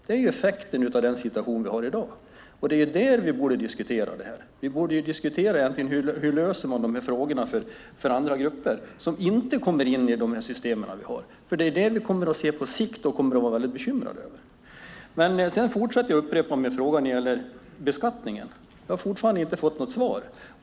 Det är effekten av den situation vi har i dag. Det är detta vi borde diskutera. Vi borde diskutera hur man löser dessa frågor för andra grupper, som inte kommer in i de system vi har. Det är nämligen det vi kommer att se på sikt och vara väldigt bekymrade över. Jag fortsätter att upprepa min fråga om beskattningen. Jag har fortfarande inte fått något svar.